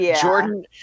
Jordan